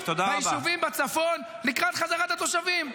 ליישובים בצפון לקראת חזרת התושבים.